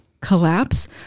collapse